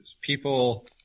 People